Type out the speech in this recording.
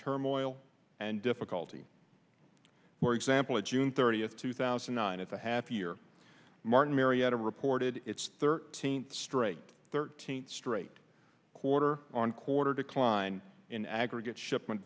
turmoil and difficulty for example june thirtieth two thousand and at the half year martin marietta reported its thirteenth straight thirteenth straight quarter on quarter decline in aggregate shipment